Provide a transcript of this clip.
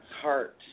heart